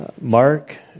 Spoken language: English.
Mark